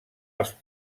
els